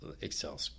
Excel